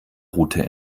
route